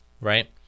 right